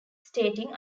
stating